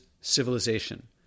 civilization